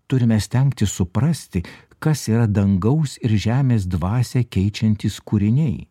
turime stengtis suprasti kas yra dangaus ir žemės dvasią keičiantys kūriniai